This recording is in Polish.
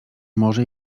może